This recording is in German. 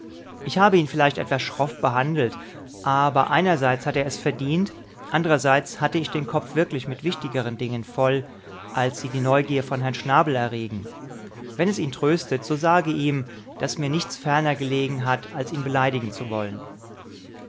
ich habe ihn vielleicht etwas schroff behandelt aber einerseits hat er es verdient andrerseits hatte ich den kopf wirklich mit wichtigeren dingen voll als sie die neugier von herrn schnabel erregen wenn es ihn tröstet so sage ihm daß mir nichts ferner gelegen hat als ihn beleidigen zu wollen